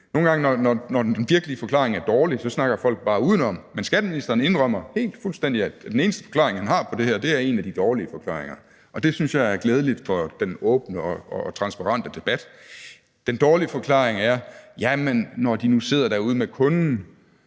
Nogle gange, når den virkelige forklaring er dårlig, snakker folk bare udenom, men skatteministeren indrømmer helt og fuldstændig, at den eneste forklaring, han har på det her, er en af de dårlige forklaringer, og det synes jeg er glædeligt for den åbne og transparente debat. Den dårlige forklaring er, at når de nu sidder derude med kunden